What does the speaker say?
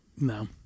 no